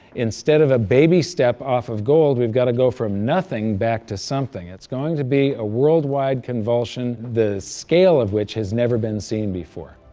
instead of a baby step off of gold, we've got to go from nothing back to something. it's going to be a worldwide convulsion, the scale of which has never been seen before